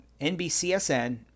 NBCSN